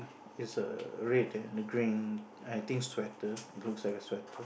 is a red and a green I think sweater it looks like a sweater